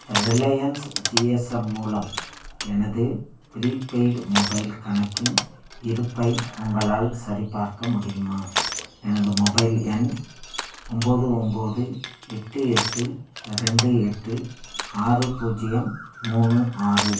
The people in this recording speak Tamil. ரிலையன்ஸ் ஜிஎஸ்எம் மூலம் எனது ப்ரீபெய்டு மொபைல் கணக்கின் இருப்பை உங்களால் சரிபார்க்க முடியுமா எனது மொபைல் எண் ஒம்போது ஒம்போது எட்டு எட்டு ரெண்டு எட்டு ஆறு பூஜ்ஜியம் மூணு ஆறு